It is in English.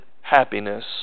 happiness